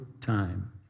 time